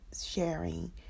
sharing